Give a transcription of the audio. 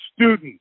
students